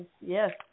yes